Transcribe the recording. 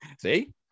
See